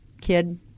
kid